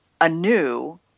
anew